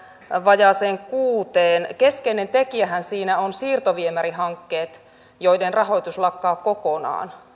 vajaaseen kuuteen keskeinen tekijähän siinä on siirtoviemärihankkeet joiden rahoitus lakkaa kokonaan